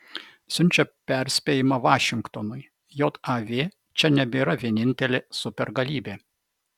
siunčia perspėjimą vašingtonui jav čia nebėra vienintelė supergalybė